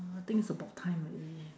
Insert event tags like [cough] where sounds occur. [noise] I think it's about time already